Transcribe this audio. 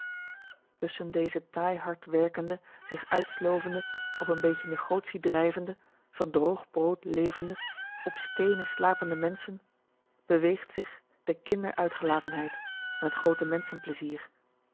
tusschen deze taai hard werkende zich uitslovende op n beetje negotie drijvende van droog brood levende op steenen slapende menschen beweegt zich de kinder uitgelatenheid en het groote menschenplezier